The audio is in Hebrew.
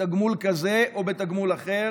בתגמול כזה או בתגמול אחר,